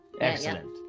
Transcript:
Excellent